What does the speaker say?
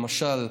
למשל,